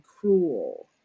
cruel